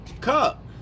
Cup